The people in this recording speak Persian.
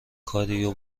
کاریو